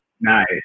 Nice